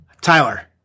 Tyler